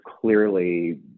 clearly